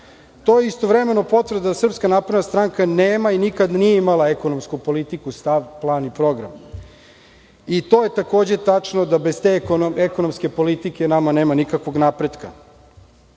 je istovremeno potvrda da SNS nema i nikad nije imala ekonomsku politiku, stav, plan i program. I to je takođe tačno, da bez te ekonomske politike nama nema nikakvog napretka.